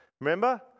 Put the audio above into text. remember